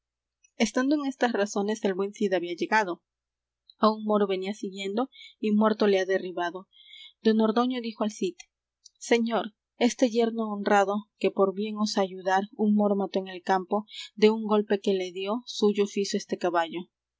estando en estas razones el buen cid había llegado á un moro venía siguiendo y muerto le ha derribado don ordoño dijo al cid señor este yerno honrado que por bien os ayudar un moro mató en el campo de un golpe que le dió suyo fizo este caballo